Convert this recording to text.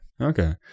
Okay